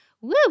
Woo